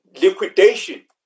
liquidation